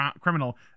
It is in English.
criminal